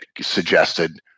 suggested